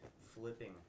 flipping